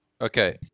Okay